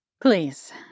Please